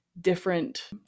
different